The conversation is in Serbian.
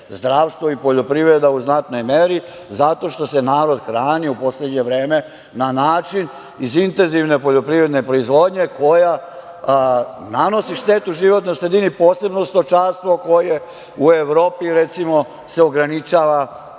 zdravstvo i poljoprivreda u znatnoj meri, zato što se narod hrani u poslednje vreme na način iz intenzivne poljoprivredne proizvodnje koja nanosi štetu životnoj sredini, posebno stočarstvo koje u Evropi, recimo se ograničava